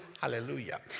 Hallelujah